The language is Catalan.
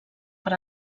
per